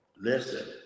listen